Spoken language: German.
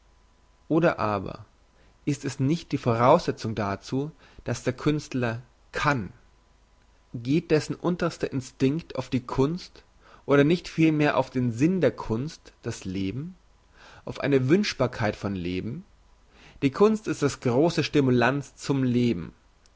oder aber ist es nicht die voraussetzung dazu dass der künstler kann geht dessen unterster instinkt auf die kunst oder nicht vielmehr auf den sinn der kunst das leben auf eine wünschbarkeit von leben die kunst ist das grosse stimulans zum leben